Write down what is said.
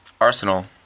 Arsenal